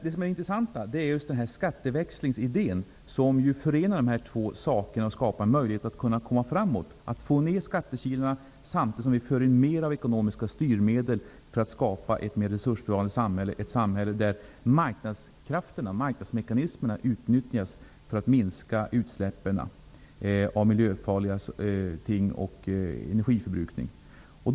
Det intressanta är just skatteväxlingsidén, som ju innebär att man angriper båda de här problemen och som skapar en möjlighet för oss att komma framåt -- vi kan minska skattekilarna samtidigt som vi för in mer av ekonomiska styrmedel för att skapa ett mer resursbevarande samhälle, ett samhälle där marknadskrafterna, marknadsmekanismerna, utnyttjas för att minska energiförbrukningen och utsläppen av miljörfarliga ting.